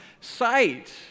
sight